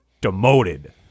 demoted